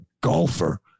golfer